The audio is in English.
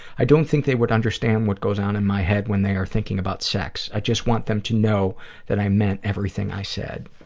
i don't think they would understand what goes on in my head when they are thinking about sex. i just want them to know that i meant everything i said.